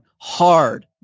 hard